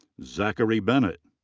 zackery bennett.